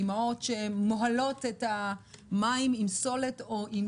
אימהות שמוהלות את המים עם סולת או עם